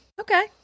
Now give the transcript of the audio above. Okay